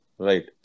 Right